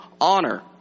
honor